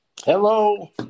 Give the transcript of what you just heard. Hello